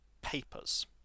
papers